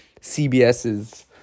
CBS's